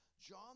John